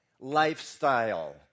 lifestyle